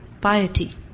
piety